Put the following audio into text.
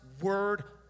word